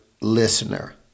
listener